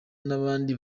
n’abandi